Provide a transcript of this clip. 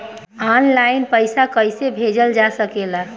आन line पईसा कईसे भेजल जा सेकला?